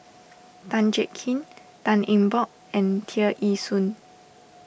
Tan Jiak Kim Tan Eng Bock and Tear Ee Soon